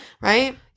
Right